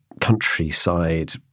countryside